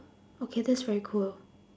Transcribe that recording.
okay that's very cool